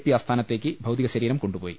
P ആസ്ഥാനത്തേക്ക് ഭൌതികശ രീരം കൊണ്ടുപോയി